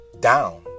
down